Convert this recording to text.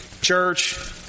church